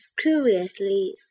curiously